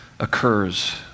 occurs